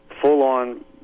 full-on